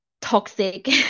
toxic